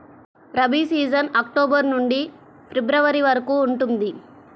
rabi season October నుండి February వరకు ఉంటుంది